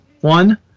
one